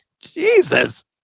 Jesus